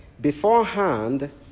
beforehand